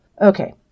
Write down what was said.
okay